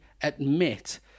admit